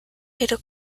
pero